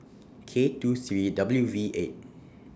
K two three W V eight